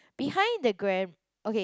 behind the gram okay